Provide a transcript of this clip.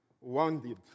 wounded